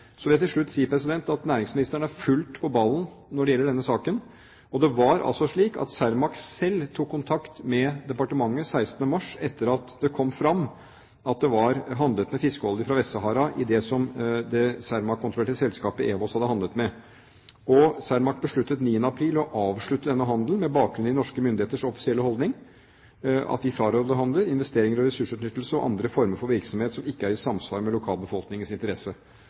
Så vil jeg til slutt si at næringsministeren er fullt på ballen når det gjelder denne saken. Det var Cermaq selv som tok kontakt med departementet den 16. mars, etter at det kom fram at det var handlet med fiskeolje fra Vest-Sahara i det Cermaq-kontrollerte selskapet, EWOS. Cermaq besluttet den 9. april å avslutte denne handelen, med bakgrunn i norske myndigheters offisielle holdning, at man frarådet handel, investering, ressursutnyttelse og andre former for virksomhet som ikke er i samsvar med lokalbefolkningens